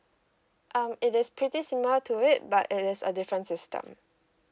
um it is pretty similar to it but it is a different system